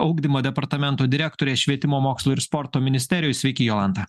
ugdymo departamento direktorė švietimo mokslo ir sporto ministerijoj sveiki jolanta